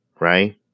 right